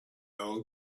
old